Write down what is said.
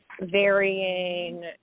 varying